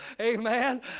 Amen